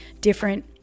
different